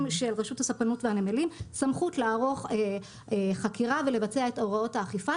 של רשות הספנות והנמלים סמכות לערוך חקירה ולבצע את הוראות האכיפה.